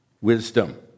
wisdom